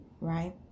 right